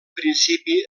principi